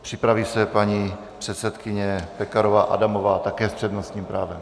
Připraví se paní předsedkyně Pekarová Adamová, také s přednostním právem.